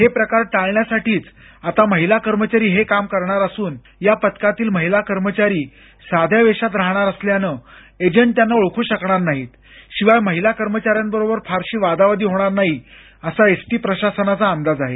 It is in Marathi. हे प्रकार टाळण्यासाठीच आता महिला कर्मचारी हे काम करणार असून या पथकातील महिला कर्मचारी साध्या वेशात राहणार असल्यानं एजंट त्यांना ओळखू शकणार नाहीत शिवाय महिला कर्मचाऱ्यांबरोबर फारशी वादावादी होणार नाही असा एस टी प्रशासनाचा अंदाज आहे